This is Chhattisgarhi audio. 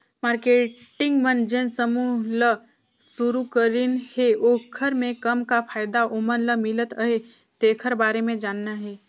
मारकेटिंग मन जेन समूह ल सुरूकरीन हे ओखर मे कर का फायदा ओमन ल मिलत अहे तेखर बारे मे जानना हे